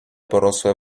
porosłe